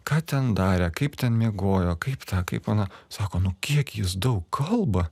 ką ten darė kaip ten miegojo kaip tą kaip aną sako nu kiek jis daug kalba